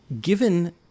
given